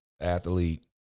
athlete